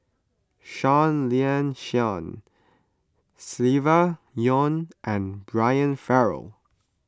Seah Liang Seah Silvia Yong and Brian Farrell